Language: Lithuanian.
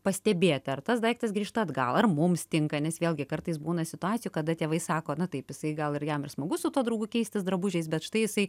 pastebėt ar tas daiktas grįžta atgal ar mums tinka nes vėlgi kartais būna situacijų kada tėvai sako na taip jisai gal ir jam ir smagu su tuo draugu keistis drabužiais bet štai jisai